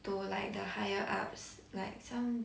to like the higher ups like some